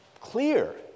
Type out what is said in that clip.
clear